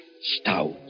stout